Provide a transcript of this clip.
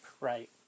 right